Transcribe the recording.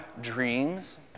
dreams